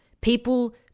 People